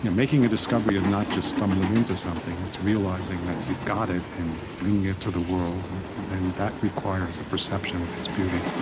you know making a discovery is not just stumbling into something. it's realizing that you've got it and bringing it to the world, and and that requires a perception of its beauty